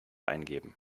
eingeben